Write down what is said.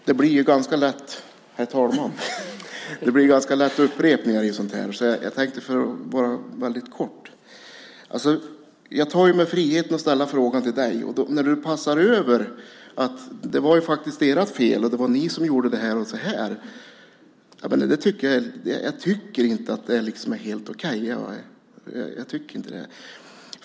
Herr talman! Det blir ganska lätt upprepningar så jag tänkte bara säga något kort. Jag tar mig friheten att ställa frågan till dig, Cristina Husmark Pehrsson. Att du passar över och säger att det var vårt fel och att det var vi som gjorde detta är inte helt okej, tycker jag.